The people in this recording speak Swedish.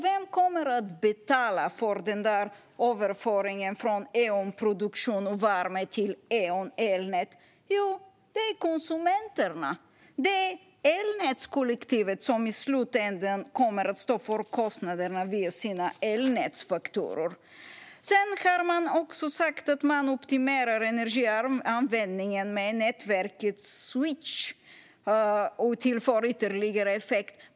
Vem kommer att betala för överföringen från Eon produktion och värme till Eon elnät? Jo, det är konsumenterna. Det är elnätskollektivet som i slutändan kommer att stå för kostnaderna via sina elnätsfakturor. Sedan har man också sagt att man optimerar energianvändningen med nätverket switch och tillför ytterligare effekt.